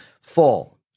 fall